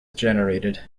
generated